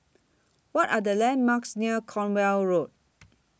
What Are The landmarks near Cornwall Road